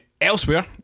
Elsewhere